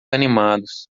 animados